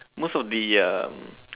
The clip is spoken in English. most of the um